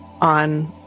on